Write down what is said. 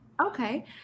Okay